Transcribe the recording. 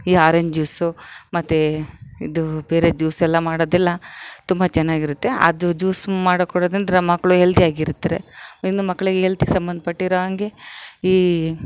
ಈ orange juice ಮತ್ತು ಇದು ಬೇರೆ ಜ್ಯೂಸ್ ಎಲ್ಲ ಮಾಡೋದೆಲ್ಲ ತುಂಬ ಚೆನ್ನಾಗಿರುತ್ತೆ ಅದು ಜ್ಯೂಸು ಮಾಡಿ ಕೊಡೋದು ಅಂದರೆ ಮಕ್ಕಳು ಎಲ್ತಿ ಆಗಿರ್ತಾರೆ ಇನ್ನು ಮಕ್ಳಿಗೆ ಹೆಲ್ತಿಗೆ ಸಂಬಂಧ ಪಟ್ಟಿರೋ ಹಂಗೆ ಈ